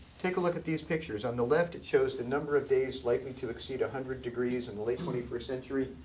take a look at these pictures. on the left, it shows the number of days likely to exceed one hundred degrees in the late twenty first century.